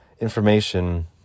information